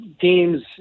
teams